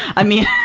i mean.